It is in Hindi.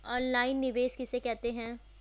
ऑनलाइन निवेश किसे कहते हैं?